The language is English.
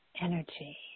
energy